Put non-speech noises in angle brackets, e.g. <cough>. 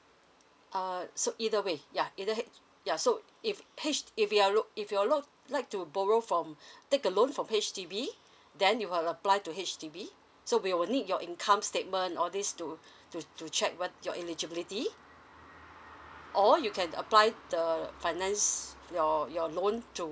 err so either way yeah either hea~ yeah so if H if you are look if you are looked like to borrow from <breath> take a loan from H_D_B then you have apply to H_D_B so we will need your income statement all these to to to check what your eligibility or you can apply the finance your your loan to